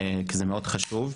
כי זה מאוד מאוד חשוב.